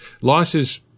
Losses